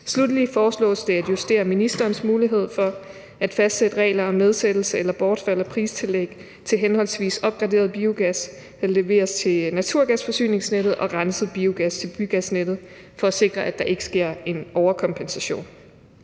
Slutteligt foreslås det at justere ministerens mulighed for at fastsætte regler om nedsættelse eller bortfald af pristillæg til henholdsvis opgraderet biogas, der leveres til naturgasforsyningsnettet, og renset biogas til bygasnettet for at sikre, at der ikke sker en overkompensation.